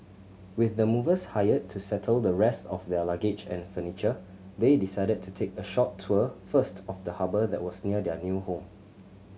with the movers hired to settle the rest of their luggage and furniture they decided to take a short tour first of the harbour that was near their new home